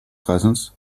cousins